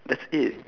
that's it